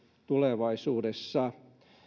tulevaisuudessa